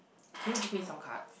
can you give me some cards